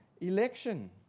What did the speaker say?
election